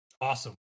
Awesome